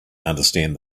understand